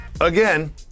again –